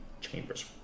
chambers